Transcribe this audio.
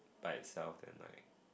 by itself and like